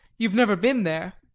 you have never been there?